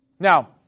Now